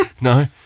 No